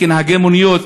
כנהגי מוניות,